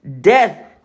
death